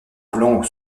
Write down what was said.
blanc